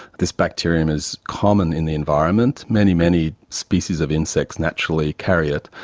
this bacterium is common in the environment. many, many species of insects naturally carry it.